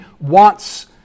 wants